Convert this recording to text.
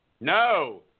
No